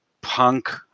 punk